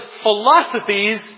philosophies